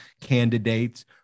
candidates